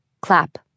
Clap